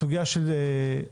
הסוגיה של אכיפה,